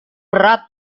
berat